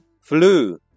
Flu